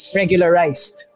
regularized